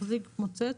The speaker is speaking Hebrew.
מחזיק מוצץ,